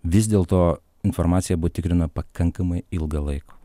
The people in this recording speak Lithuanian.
vis dėlto informacija buvo patikrina pakankamai ilgą laiko